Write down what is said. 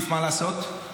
מה לעשות?